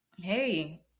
Hey